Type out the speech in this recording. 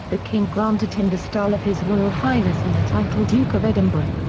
the king granted him the style of his royal highness and the title duke of edinburgh.